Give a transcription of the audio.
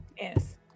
Yes